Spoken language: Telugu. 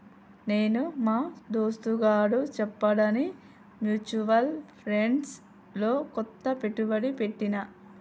నేను మా దోస్తుగాడు చెప్పాడని మ్యూచువల్ ఫండ్స్ లో కొంత పెట్టుబడి పెట్టిన